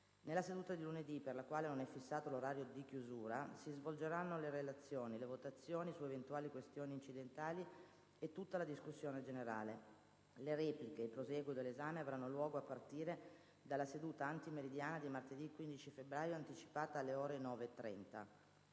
Nella seduta di lunedı, per la quale non efissato l’orario di chiusura, si svolgeranno le relazioni, le votazioni su eventuali questioni incidentali e tutta la discussione generale. Le repliche e il prosieguo dell’esame avranno luogo a partire dalla seduta antimeridiana dı martedı15 febbraio, anticipata alle ore 9,30.